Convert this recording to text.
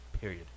period